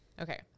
Okay